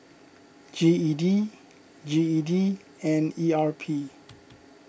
G E D G E D and E R P